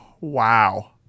wow